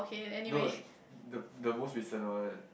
no the the most recent one